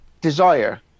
desire